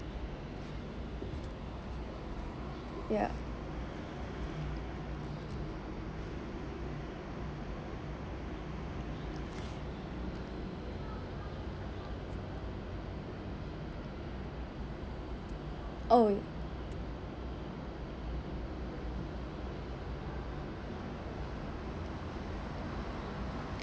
ya oh